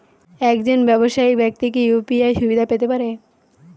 একজন ব্যাবসায়িক ব্যাক্তি কি ইউ.পি.আই সুবিধা পেতে পারে?